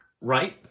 right